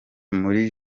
muri